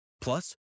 Plus